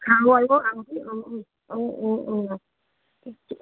খাৰু আৰু আঙঠিৰ অঁ অঁ অঁ অঁ অঁ ঠিক আছে